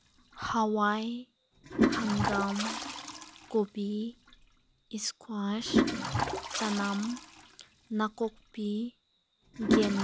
ꯍꯋꯥꯏ ꯍꯪꯒꯥꯃ ꯀꯣꯕꯤ ꯏꯁꯀ꯭ꯋꯥꯁ ꯆꯅꯝ ꯅꯥꯀꯨꯞꯄꯤ ꯌꯦꯟꯗꯦꯝ